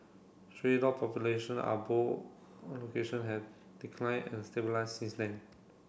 stray dog population are both location have declined and stabilised since then